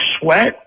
Sweat